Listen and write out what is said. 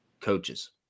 Coaches